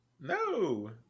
no